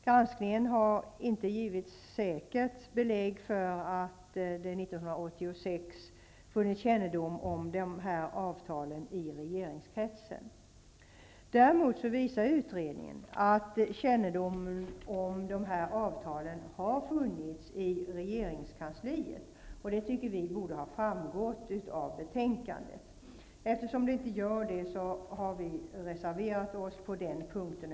Granskningen har inte givit säkert belägg för att det 1986 funnits kännedom om de avtalen i regeringskretsen. Däremot visar utredningen att kännedom om dessa avtal har funnits i regeringskansliet, och det tycker vi borde ha framgått av betänkandet. Eftersom det inte gör det har vi reserverat oss på den punkten.